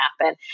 happen